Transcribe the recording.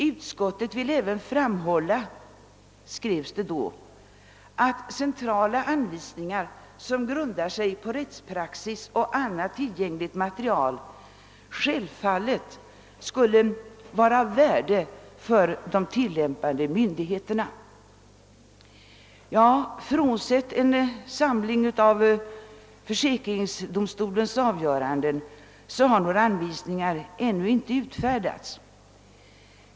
»Utskottet vill även framhålla», skrevs det då, »att centrala anvisningar, som grundar sig på rättspraxis och annat tillgängligt material, självfallet skulle vara av värde för de tillämpande myndigheterna.» Frånsett en samling av försäkringsdomstolens avgöranden har några anvisningar ännu inte utfärdats.